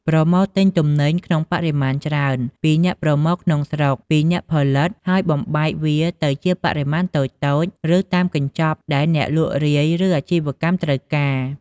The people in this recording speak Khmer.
ប្រមូលទិញទំនិញក្នុងបរិមាណច្រើន ពីអ្នកប្រមូលក្នុងស្រុកពីអ្នកផលិត ហើយបំបែកវាទៅជាបរិមាណតូចៗ ឬតាមកញ្ចប់ដែលអ្នកលក់រាយ ឬអាជីវកម្មត្រូវការ។